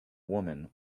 woman